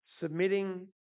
submitting